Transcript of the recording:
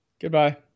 Goodbye